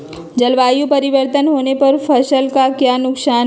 जलवायु परिवर्तन होने पर फसल का क्या नुकसान है?